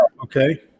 okay